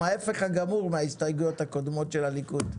ההיפך הגמור מההסתייגויות הקודמות של הליכוד.